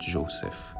Joseph